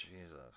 Jesus